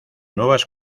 nuevas